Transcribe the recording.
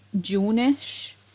June-ish